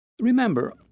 Remember